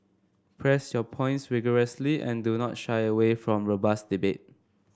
press your points vigorously and do not shy away from robust debate